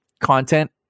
content